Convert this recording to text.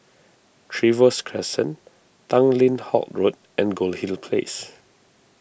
Trevose Crescent Tanglin Halt Road and Goldhill Place